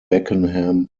beckenham